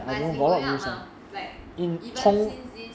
but is in going up mah like even since this